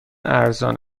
ارزان